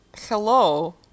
Hello